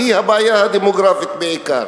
והיא הבעיה הדמוגרפית בעיקר.